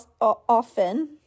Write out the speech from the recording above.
often